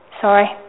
Sorry